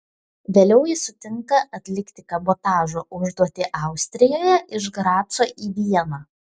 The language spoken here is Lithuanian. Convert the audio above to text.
vėliau jis sutinka atlikti kabotažo užduotį austrijoje iš graco į vieną